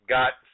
got